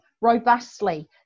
robustly